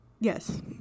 Yes